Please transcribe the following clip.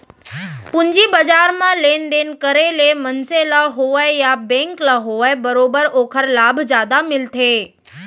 पूंजी बजार म लेन देन करे ले मनसे ल होवय या बेंक ल होवय बरोबर ओखर लाभ जादा मिलथे